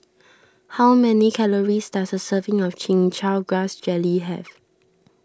how many calories does a serving of Chin Chow Grass Jelly have